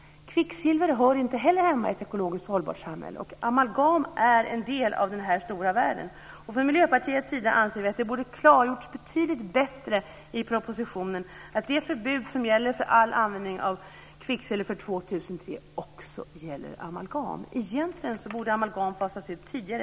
Kvicksilver hör inte heller hemma i ett ekologiskt hållbart samhälle, och amalgam är en del av denna stora värld. Miljöpartiet anser att det borde ha klargjorts betydligt bättre i propositionen att det förbud som gäller för all användning av kvicksilver för 2003 också gäller amalgam. Egentligen borde amalgam ha fasats ut tidigare.